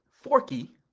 Forky